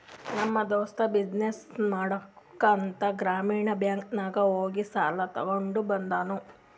ನಮ್ ದೋಸ್ತ ಬಿಸಿನ್ನೆಸ್ ಮಾಡ್ಬೇಕ ಅಂತ್ ಗ್ರಾಮೀಣ ಬ್ಯಾಂಕ್ ನಾಗ್ ಹೋಗಿ ಸಾಲ ತಗೊಂಡ್ ಬಂದೂನು